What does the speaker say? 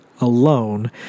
alone